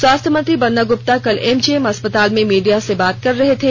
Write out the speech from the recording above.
स्वास्थ्य मंत्री बन्ना गुप्ता कल एमजीएम अस्पताल में मीडिया से बात कर रहे थे